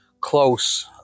close